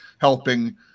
helping